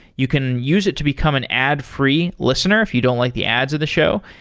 you can use it to become an ad free listener if you don't like the ads of the show.